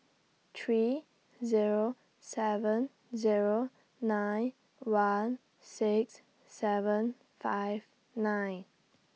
three Zero seven Zero nine one six seven five nine